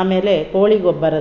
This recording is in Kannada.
ಆಮೇಲೆ ಕೋಳಿ ಗೊಬ್ಬರ